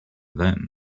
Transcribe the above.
them